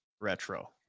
retro